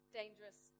dangerous